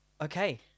Okay